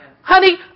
Honey